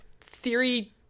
theory